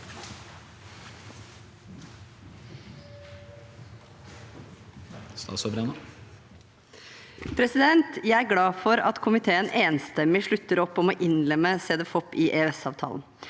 Jeg er glad for at komiteen enstemmig slutter opp om å innlemme Cedefop i EØS-avtalen.